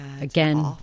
again